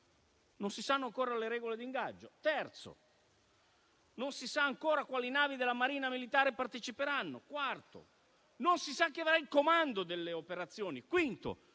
non si sanno ancora le regole d'ingaggio; terzo, non si sa ancora quali navi della Marina militare parteciperanno; quarto, non si sa chi avrà il comando delle operazioni;